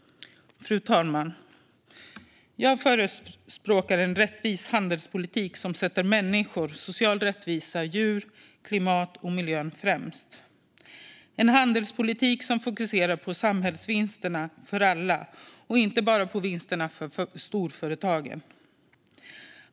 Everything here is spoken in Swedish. Fru talman! Jag förespråkar en rättvis handelspolitik som sätter människor, social rättvisa, djur, klimat och miljö främst. Det ska vara en handelspolitik som fokuserar på samhällsvinster för alla och inte bara på vinster för storföretag.